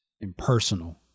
Impersonal